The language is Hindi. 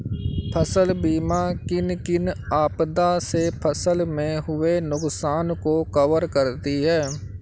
फसल बीमा किन किन आपदा से फसल में हुए नुकसान को कवर करती है